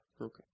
Okay